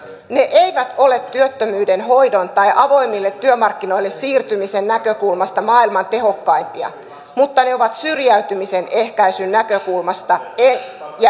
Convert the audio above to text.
ne eivät ole työttömyyden hoidon tai avoimille työmarkkinoille siirtymisen näkökulmasta maailman tehokkaimpia mutta ne ovat syrjäytymisen ehkäisyn näkökulmasta ja ennalta ehkäisevinä toimina erittäin tehokkaita